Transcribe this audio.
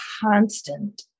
constant